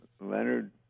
Leonard